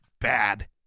bad